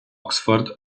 oxford